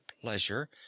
pleasure